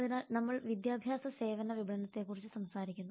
അതിനാൽ നമ്മൾ വിദ്യാഭ്യാസ സേവന വിപണനത്തെക്കുറിച്ച് സംസാരിക്കുന്നു